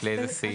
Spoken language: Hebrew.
לאיזה סעיף?